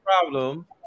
problem